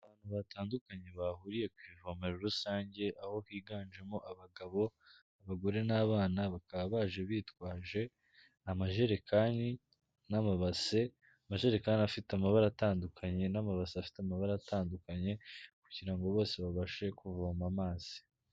Abantu batandukanye bahuriye ku ivomero rusange, aho higanjemo abagabo, abagore n'abana, bakaba baje bitwaje amajerekani n'amabase, amajerekani afite amabara atandukanye n'amabase afite amabara atandukanye kugira ngo bose babashe kuvoma amazi.